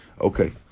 Okay